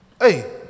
Hey